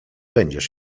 będziesz